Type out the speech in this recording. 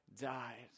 died